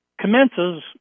commences